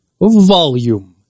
Volume